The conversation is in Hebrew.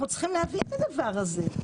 אנחנו צריכים להבין את הדבר הזה.